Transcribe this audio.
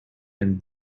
and